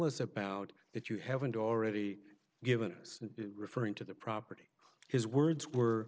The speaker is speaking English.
us about it you haven't already given us referring to the property his words were